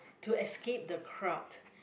to escape the crowd